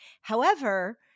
However-